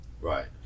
Right